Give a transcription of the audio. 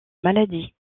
maladie